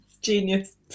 Genius